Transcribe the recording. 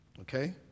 Okay